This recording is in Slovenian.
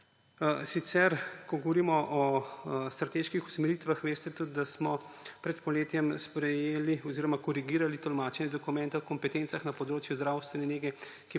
Sicer ko govorimo o strateških usmeritvah, veste tudi, da smo pred poletjem sprejeli oziroma korigirali tolmačenje dokumenta o kompetencah na področju zdravstvene nege,